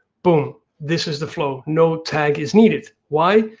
boom, this is the flow, no tag is needed. why?